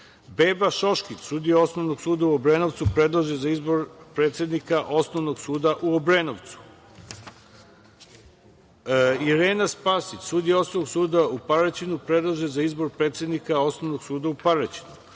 Beba Šoškić sudija Osnovnog suda u Obrenovcu, predlaže se za predsednika Osnovnog suda u Obrenovcu; Irena Spasić sudija Osnovnog suda u Paraćinu, predlaže se za izbor predsednika Osnovnog suda u Paraćinu;